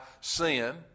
sin